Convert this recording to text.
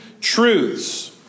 truths